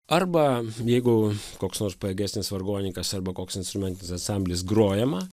arba jeigu koks nors pajėgesnis vargonininkas arba koks instrumentinis ansamblis grojama